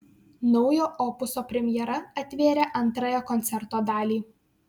naujo opuso premjera atvėrė antrąją koncerto dalį